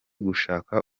gushaka